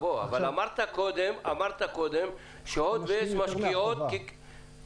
אבל אמרת קודם שהוט ויס משקיעות --- משקיעות יותר מהחובה.